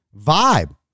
vibe